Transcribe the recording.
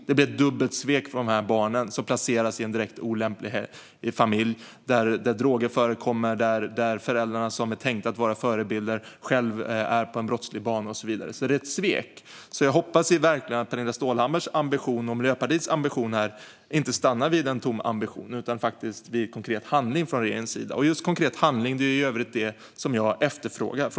Det blir ett dubbelt svek för de barn som placeras i en direkt olämplig familj där droger förekommer, där föräldrarna som är tänkta att vara förebilder själva är inne på en brottslig bana och så vidare. Det är alltså ett svek. Jag hoppas verkligen att Pernilla Stålhammars och Miljöpartiets ambition inte stannar vid en tom ambition utan att det blir konkret handling från regeringen. Det är just konkret handling jag efterfrågar.